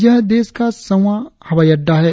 यह देश का सौवां हवाई अड्डा है